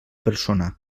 persona